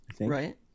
Right